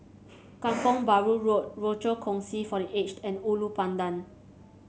Kampong Bahru Road Rochor Kongsi for The Aged and Ulu Pandan